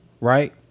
right